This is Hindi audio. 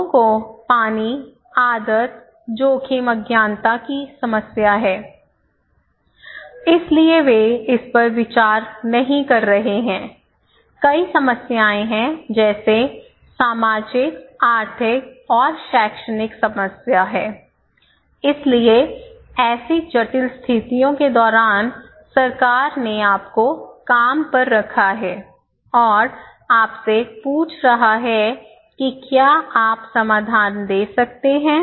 लोगों को पानी आदत जोखिम अज्ञानता की समस्या है इसलिए वे इस पर विचार नहीं कर रहे हैं कई समस्याएं हैं जैसे सामाजिक आर्थिक और शैक्षणिक समस्या है इसलिए ऐसी जटिल स्थितियों के दौरान सरकार ने आपको काम पर रखा है और आपसे पूछ रहा है कि क्या आप समाधान दे सकते हैं